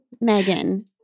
Megan